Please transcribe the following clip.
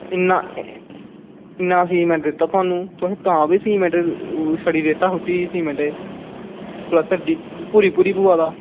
इन्ना इन्ना सीमेंट दित्ता थुआनू तुसें तां बी सीमेंट छड़ाी रेता सुट्टी सीमेंटै च प्लस्तर भुरी भुरी पोआ दा